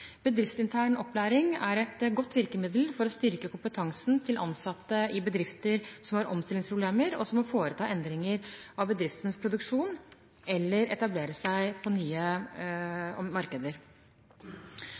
Bedriftsintern opplæring er et godt virkemiddel for å styrke kompetansen til ansatte i bedrifter som har omstillingsproblemer, og som må foreta endringer av bedriftens produksjon eller etablere seg i nye